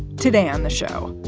today on the show,